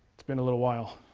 it's been a little while.